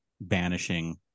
banishing